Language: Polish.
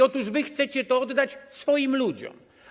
Otóż wy chcecie to oddać swoim ludziom.